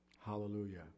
Hallelujah